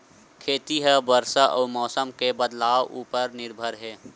खेती हा बरसा अउ मौसम के बदलाव उपर निर्भर हे